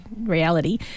reality